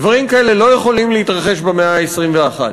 דברים כאלה לא יכולים להתרחש במאה ה-21.